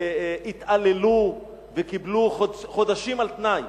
התעללו וקיבלו חודשים על-תנאי,